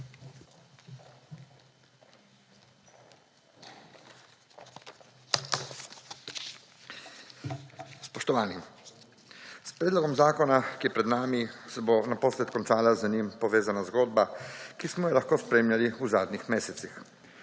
Spoštovani! S predlogom zakona, ki je pred nami, se bo naposled končala z njim povezana zgodba, ki smo jo lahko spremljali v zadnjih mesecih.